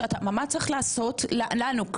מה צריך לעשות לנו,